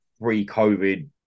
pre-COVID